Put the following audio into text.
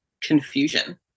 confusion